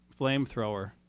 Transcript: flamethrower